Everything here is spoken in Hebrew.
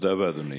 תודה רבה, אדוני.